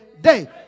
day